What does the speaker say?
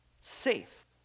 safe